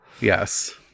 Yes